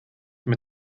mit